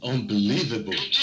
Unbelievable